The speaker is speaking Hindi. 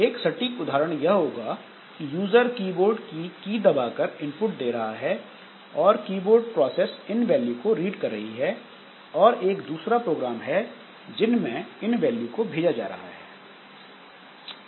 एक सटीक उदाहरण यह होगा कि यूज़र कीबोर्ड की की दबाकर इनपुट दे रहा है और कीबोर्ड प्रोसेस इन वैल्यू को रीड कर रही है और एक दूसरा प्रोग्राम है जिसमें इन वैल्यू को भेजा जा रहा है